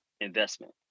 investment